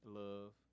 love